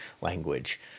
language